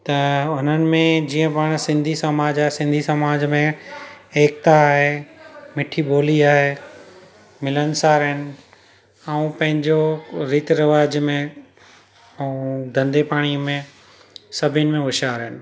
त उन्हनि में जीअं पाण सिंधी समाज आहे सिंधी समाज में एकता आहे मिठी ॿोली आहे मिलनसार आहिनि ऐं पंहिंजो रीति रिवाज में ऐं धंधे पाणी में सभिनी में होशियार आहिनि